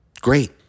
Great